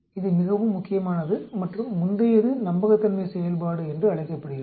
இதுவும் மிக முக்கியமானது மற்றும் முந்தையது நம்பகத்தன்மை செயல்பாடு என்று அழைக்கப்படுகிறது